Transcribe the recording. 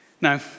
Now